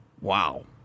wow